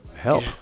help